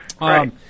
Right